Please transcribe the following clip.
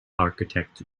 architect